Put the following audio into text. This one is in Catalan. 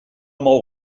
mou